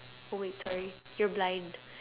oh wait sorry you're blind